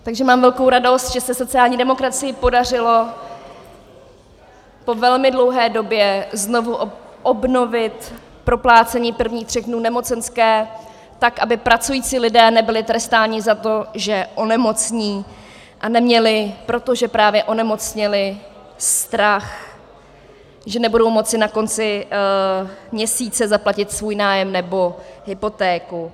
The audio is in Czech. Takže mám velkou radost, že se sociální demokracii podařilo po velmi dlouhé době znovu obnovit proplácení prvních tří dnů nemocenské, tak aby pracující lidé nebyli trestáni za to, že onemocní, a neměli, protože právě onemocněli, strach, že nebudou moci na konci měsíce zaplatit svůj nájem nebo hypotéku.